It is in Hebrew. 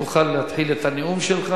תוכל להתחיל את הנאום שלך,